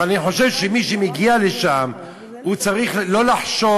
אבל אני חושב שמי שמגיע לשם צריך לא לחשוש